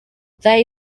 they